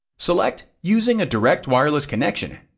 select using a direct wireless connection,